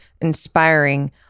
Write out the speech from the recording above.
inspiring